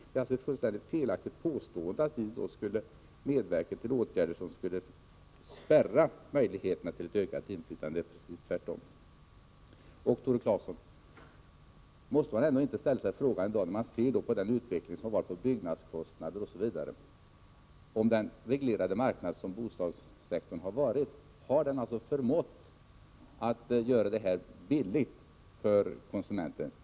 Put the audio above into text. Det är alltså ett fullständigt felaktigt påstående att vi skulle medverka till åtgärder som skulle spärra möjligheterna till ett ökat inflytande. Det förhåller sig precis tvärtom. Och, Tore Claeson: Måste man ändå inte när man i dag ser på den utveckling som ägt rum beträffande byggnadskostnader osv. ställa sig frågan om den reglerade marknad som bostadssektorn varit har förmått få fram billiga bostäder för konsumenterna?